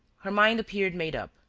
her mind appeared made up.